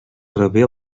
rebé